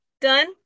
done